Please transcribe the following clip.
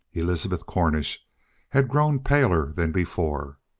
elizabeth cornish had grown paler than before.